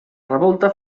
revolta